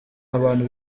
abantu